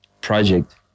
project